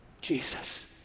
Jesus